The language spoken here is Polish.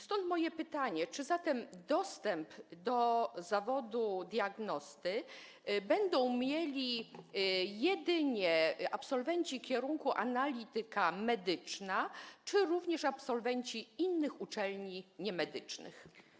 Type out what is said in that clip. Stąd moje pytanie: Czy dostęp do zawodu diagnosty będą mieli jedynie absolwenci kierunku: analityka medyczna czy również absolwenci innych uczelni niemedycznych?